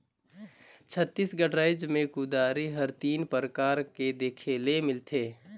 छत्तीसगढ़ राएज मे कुदारी हर तीन परकार कर देखे ले मिलथे